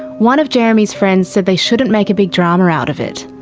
one of jeremy's friends said they shouldn't make a big drama out of it.